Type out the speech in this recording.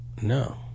No